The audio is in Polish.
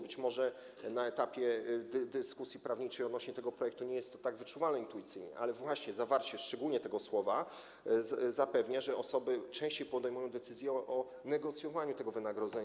Być może na etapie dyskusji prawniczej odnośnie do tego projektu nie jest to tak wyczuwalne intuicyjnie, ale właśnie zawarcie szczególnie tego słowa zapewnia to, że osoby częściej podejmują decyzję o negocjowaniu wynagrodzenia.